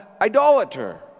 idolater